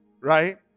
right